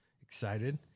excited